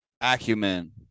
acumen